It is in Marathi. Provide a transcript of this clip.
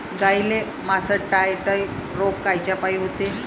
गाईले मासटायटय रोग कायच्यापाई होते?